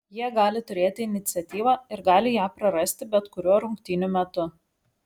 jie gali turėti iniciatyvą ir gali ją prarasti bet kuriuo rungtynių metu